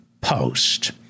Post